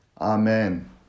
amen